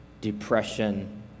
Depression